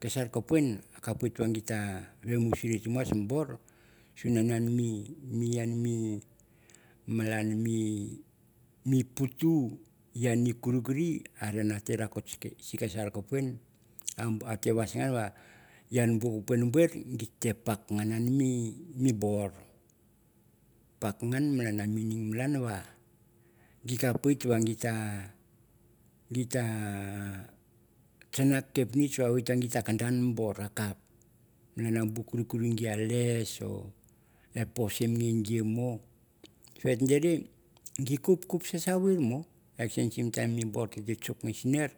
ge sar kupiuan a kup wit na ramusiri timas mo bor mi bor malan mi butu yanga kurikis a rokot si ke sa kupiman, atem no vasanga ve bu kupuian bur bite meaning ngan git ta kap kanga a kepnitch wa wit nga kada mi bar nu bor akup malan bu kurikuri a les e posim nge moa et dere ge kup sasawir moa. Et sen mi bor ta chuck na senor